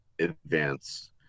Advance